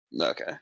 Okay